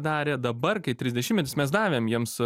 darė dabar kai trisdešimtmetis mes davėm jiems